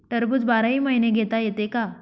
टरबूज बाराही महिने घेता येते का?